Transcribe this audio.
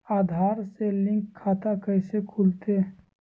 आधार से लिंक खाता कैसे खुलते?